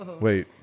Wait